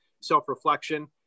self-reflection